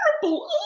terrible